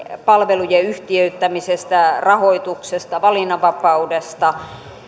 palvelujen yhtiöittämisestä rahoituksesta valinnanvapaudesta